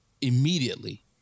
immediately